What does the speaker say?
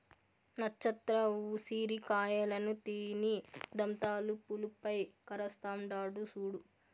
నచ్చత్ర ఉసిరి కాయలను తిని దంతాలు పులుపై కరస్తాండాడు సూడు